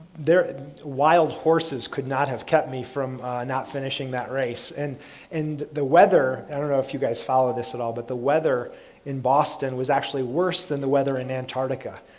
wild horses could not have kept me from not finishing that race. and and the weather, i don't know if you guys follow this at all but the weather in boston was actually worse than the weather in antarctica.